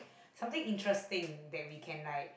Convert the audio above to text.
something interesting that we can like